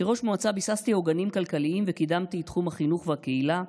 כראש מועצה ביססתי עוגנים כלכליים וקידמתי את תחום החינוך והקהילה,